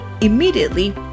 immediately